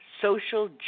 social